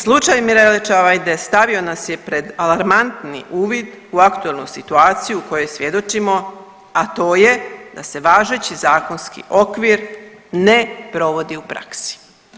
Slučaj Mirele Čavajde stavio nas je pred alarmantni uvid u aktualnu situaciju kojoj svjedočimo, a to je da se važeći zakonski okvir ne provodi u praksi.